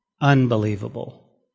Unbelievable